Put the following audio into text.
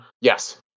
yes